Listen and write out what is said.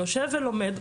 הוא יושב ולומד,